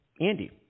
Andy